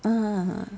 ah